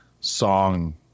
song